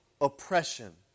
oppression